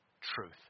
truth